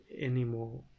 anymore